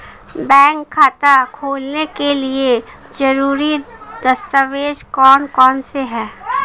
Bank खाता खोलने के लिए ज़रूरी दस्तावेज़ कौन कौनसे हैं?